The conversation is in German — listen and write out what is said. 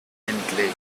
endlich